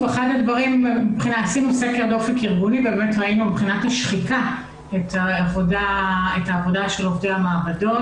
עשינו סקר וראינו שמבחינת השחיקה את העבודה של עובדי המעבדות.